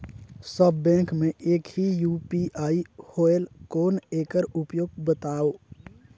सब bank मे एक ही यू.पी.आई होएल कौन एकर उपयोग बताव?